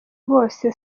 bose